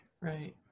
Right